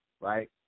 right